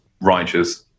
righteous